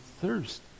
thirst